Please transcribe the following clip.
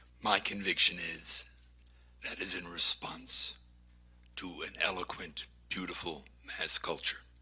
my conviction is that is in response to an eloquent, beautiful mass culture.